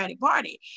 party